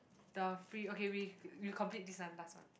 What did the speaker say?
the free okay we we complete this one last one